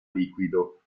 liquido